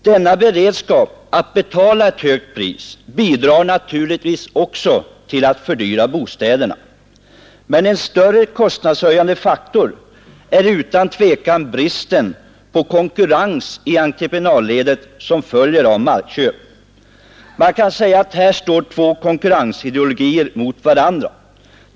Denna beredskap att betala ett högt pris bidrar naturligtvis till att fördyra bostäderna. Men en större kostnadshöjande faktor är utan tvivel den brist på konkurrens i entreprenadledet som följer av markköp. Man kan säga att två konkurrensideologier här står mot varandra.